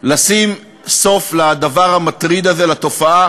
לשים סוף לדבר המטריד הזה, לתופעה